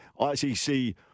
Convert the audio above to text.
ICC